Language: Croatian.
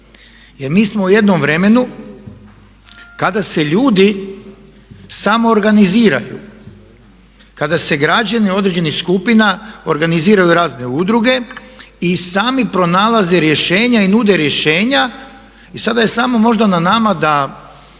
Jer mi smo u jednom vremenu kada se ljudi samoorganiziraju, kada se građani određenih skupina organiziraju u razne udruge i sami pronalaze rješenja i nude rješenja. I sada je samo možda na nama da